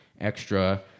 extra